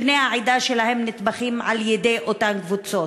בני העדה שלהם נטבחים על-ידי אותן קבוצות.